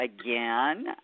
again